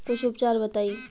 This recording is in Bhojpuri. कुछ उपचार बताई?